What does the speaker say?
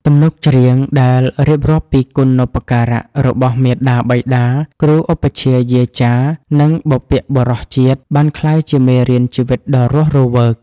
ទំនុកច្រៀងដែលរៀបរាប់ពីគុណូបការៈរបស់មាតាបិតា គ្រូឧបជ្ឈាយាចារ្យ និងបុព្វបុរសជាតិ បានក្លាយជាមេរៀនជីវិតដ៏រស់រវើក